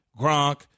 Gronk